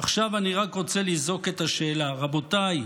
עכשיו אני רק רוצה לזעוק את השאלה: רבותיי,